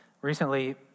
Recently